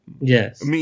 Yes